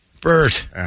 Bert